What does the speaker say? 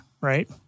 right